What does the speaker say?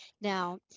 Now